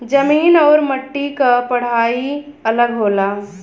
जमीन आउर मट्टी क पढ़ाई अलग होला